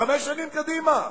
חמש שנים קדימה.